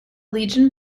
legion